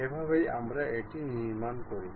এভাবেই আমরা এটি নির্মাণ করি